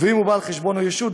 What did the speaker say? ואם בעל החשבון הוא ישות,